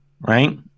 right